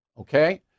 Okay